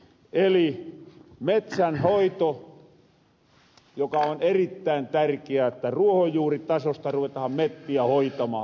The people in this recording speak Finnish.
eli metsänhoiros on erittäin tärkeää että ruohonjuuritasosta ruvetahan mettiä hoitamaan